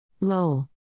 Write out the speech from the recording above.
lol